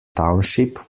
township